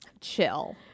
chill